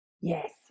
Yes